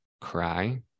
cry